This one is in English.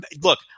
Look